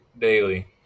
daily